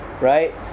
right